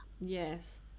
Yes